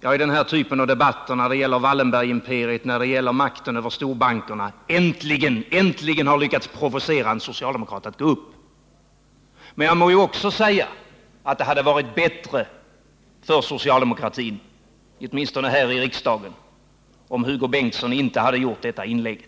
jag i den här typen av debatt — när det gäller Wallenbergimperiet och makten över storbankerna — äntligen lyckats provocera en socialdemokrat att gå upp. Men jag må ju också säga att det hade varit bättre för socialdemokraterna, åtminstone här i riksdagen, om Hugo Bengtsson inte gjort sitt inlägg.